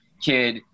kid